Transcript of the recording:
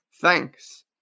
Thanks